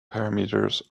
parameters